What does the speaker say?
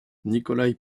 nikolaï